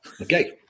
Okay